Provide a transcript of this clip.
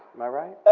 am i right?